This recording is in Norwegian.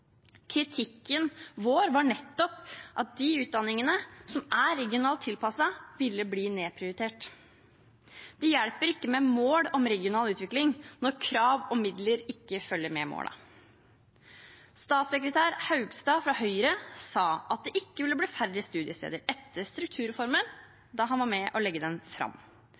Kritikken vår var nettopp at de utdanningene som er regionalt tilpasset, ville bli nedprioritert. Det hjelper ikke med mål om regional utvikling når krav og midler ikke følger med målene. Statssekretær Haugstad fra Høyre sa at det ikke ville bli færre studiesteder etter strukturreformen da han var med på å legge den fram.